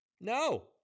No